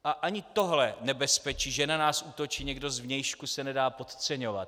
A ani tohle nebezpečí, že na nás útočí někdo zvnějšku, se nedá podceňovat.